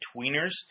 tweeners